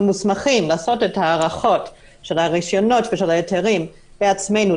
מוסמכים לעשות את ההארכות של הרישיונות ושל ההיתרים בעצמנו,